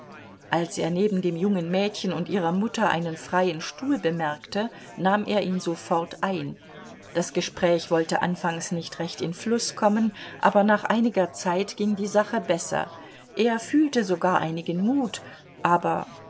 als er neben dem jungen mädchen und ihrer mutter einen freien stuhl bemerkte nahm er ihn sofort ein das gespräch wollte anfangs nicht recht in fluß kommen aber nach einiger zeit ging die sache besser er fühlte sogar einigen mut aber